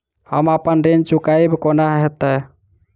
हम अप्पन ऋण चुकाइब कोना हैतय?